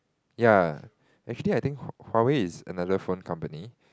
ya actually I think hu~ Huawei is another phone company